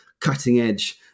cutting-edge